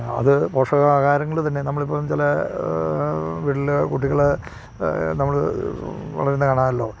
അത് പോഷകാഹാരങ്ങൾ തന്നെ നമ്മൾ ഇപ്പം ചില വീട്ടിൽ കുട്ടികൾ നമ്മൾ വളരുന്നത് കാണാമല്ലോ